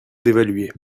d’évaluer